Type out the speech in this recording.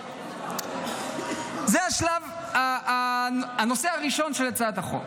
זה הנושא הראשון של הצעת החוק.